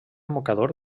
mocador